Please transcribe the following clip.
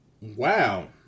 wow